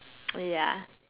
ya